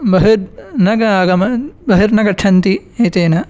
बहिर् न ना गमत् बहिर्नगच्छन्ति एतेन